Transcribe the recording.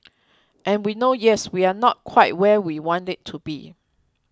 and we know yes we are not quite where we want it to be